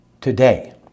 today